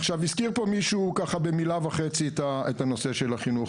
עכשיו הזכיר פה משה ככה במילה וחצי את הנושא של החינוך,